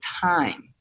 time